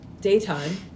daytime